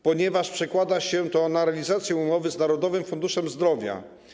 Ponieważ przekłada się to na realizację umowy z Narodowym Funduszem Zdrowia.